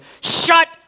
shut